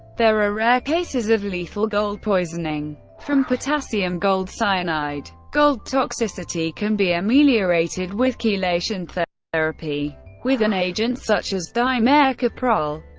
there are rare cases of lethal gold poisoning from potassium gold cyanide. gold toxicity can be ameliorated with chelation therapy with an agent such as dimercaprol.